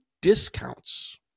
discounts